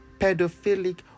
pedophilic